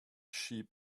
sheep